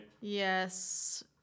Yes